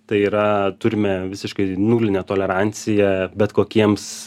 tai yra turime visiškai nulinę toleranciją bet kokiems